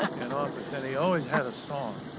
and office and he always had a song.